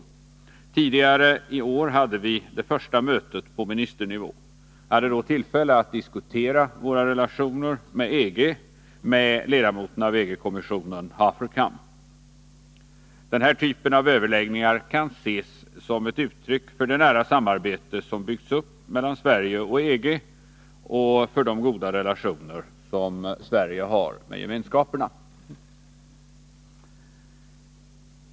Tidigare i år hade vi det första mötet på ministernivå. Jag hade då tillfälle att diskutera våra relationer med EG med ledamoten av EG-kommissionen Haferkamp. Den här typen av överläggningar kan ses som ett yttryck för det nära samarbete som byggts upp mellan Sverige och EG och för de goda relationer som Sverige har med gemenskaperna.